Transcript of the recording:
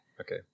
Okay